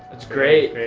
it's great.